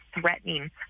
threatening